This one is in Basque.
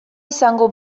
izango